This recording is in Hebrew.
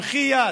במחי יד,